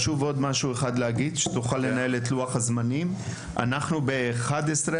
המקום היחידי שיכול לאכלס אותם זו העיר